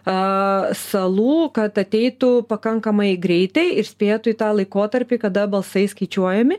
a salų kad ateitų pakankamai greitai ir spėtų į tą laikotarpį kada balsai skaičiuojami